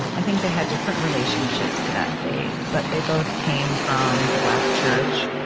and i think they had different relationships to that faith, but they both came from the black church.